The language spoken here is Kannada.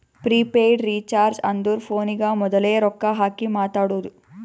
ಪ್ರಿಪೇಯ್ಡ್ ರೀಚಾರ್ಜ್ ಅಂದುರ್ ಫೋನಿಗ ಮೋದುಲೆ ರೊಕ್ಕಾ ಹಾಕಿ ಮಾತಾಡೋದು